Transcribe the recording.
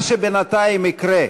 מה שבינתיים יקרה,